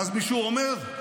ואז מישהו אומר: